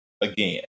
again